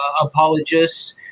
apologists